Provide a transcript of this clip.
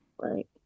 Right